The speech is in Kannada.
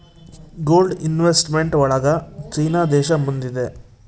ಗೋಲ್ಡ್ ಇನ್ವೆಸ್ಟ್ಮೆಂಟ್ ಒಳಗ ಚೀನಾ ದೇಶ ಮುಂದಿದೆ